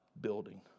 building